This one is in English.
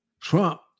Trump